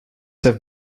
have